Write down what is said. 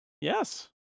Yes